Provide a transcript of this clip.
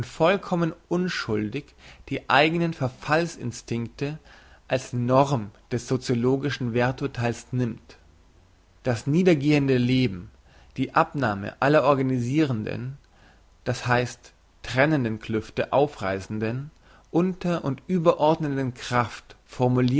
vollkommen unschuldig die eigenen verfalls instinkte als norm des sociologischen werthurteils nimmt das niedergehende leben die abnahme aller organisirenden das heisst trennenden klüfte aufreissenden unterund überordnenden kraft